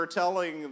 telling